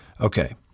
okay